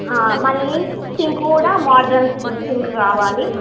మళ్ళీ సింక్ కూడా modern sink కావాలి